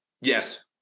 yes